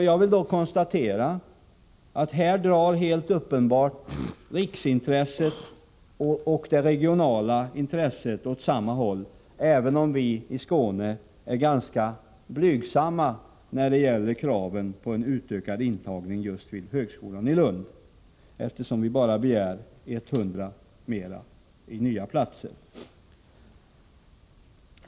Jag konstaterar att här drar helt uppenbart riksintresset och det regionala intresset åt samma håll, även om vi i Skåne är ganska blygsamma när det gäller kraven på en utökad antagning just vid högskolan i Lund, eftersom vi bara begär 100 nya platser.